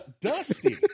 dusty